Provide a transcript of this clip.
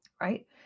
Right